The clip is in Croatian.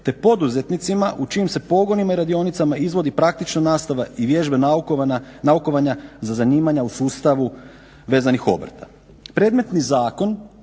te poduzetnicima u čijim se pogonima i radionicama izvodi praktična nastava i vježbe naukovanja za zanimanja u sustavu vezanih obrta. Predmetni zakon